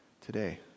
today